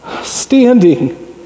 standing